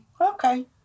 Okay